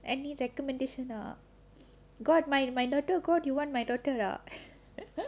any recommendation ah got got my my daughter got do you want my daughter ah